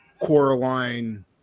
Coraline